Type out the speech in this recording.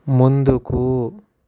ముందుకు